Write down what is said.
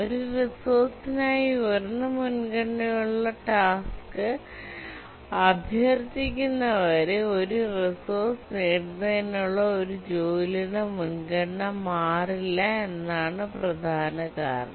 ഒരു റിസോഴ്സിനായി ഉയർന്ന മുൻഗണനയുള്ള ടാസ്ക് അഭ്യർത്ഥിക്കുന്നതുവരെ ഒരു റിസോഴ്സ് നേടുന്നതിനുള്ള ഒരു ജോലിയുടെ മുൻഗണന മാറില്ല എന്നതാണ് പ്രധാന കാരണം